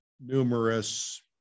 numerous